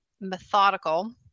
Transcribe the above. methodical